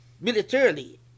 militarily